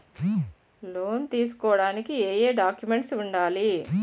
Loan తీసుకోడానికి ఏయే documents వుండాలి?